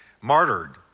martyred